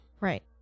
Right